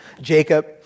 Jacob